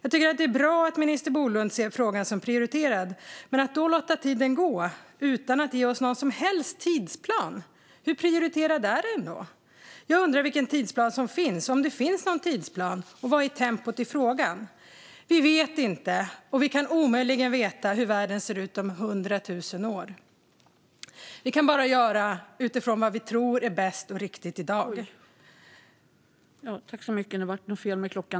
Det är bra att minister Bolund ser frågan som prioriterad, men om man låter tiden gå utan att ge oss någon som helst tidsplan - hur prioriterad är den då? Jag undrar om det någon tidsplan, och hur är tempot i frågan? Vi vet inte och kan omöjligen veta hur världen ser ut om 100 000 år. Vi kan bara göra något utifrån det vi tror är bäst och riktigt i dag.